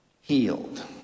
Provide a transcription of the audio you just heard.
healed